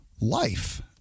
Life